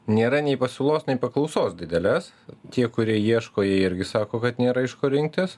nėra nei pasiūlos nei paklausos didelės tie kurie ieško jie irgi sako kad nėra iš ko rinktis